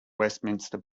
westminster